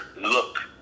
look